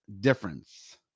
difference